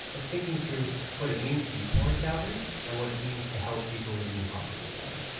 of thinking through what it means to be poor in calgary and what it means to help people living in poverty in calgary.